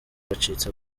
bacitse